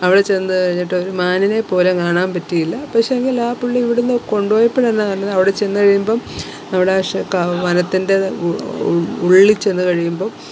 അവിടെ ചെന്ന് കഴിഞ്ഞിട്ട് ഒരു മാനിനെ പോലും കാണാന് പറ്റിയില്ല പക്ഷെയെങ്കിൽ ആ പുള്ളി ഇവിടുന്ന് കൊണ്ടുപോയപ്പോള് തന്നെ എല്ലാം അവിടെ ചെന്നുകഴിയുമ്പോള് അവിടെ പക്ഷെ കാവ് വനത്തിൻ്റെ ഇത് ഉള്ളില് ചെന്നുകഴിയുമ്പോള്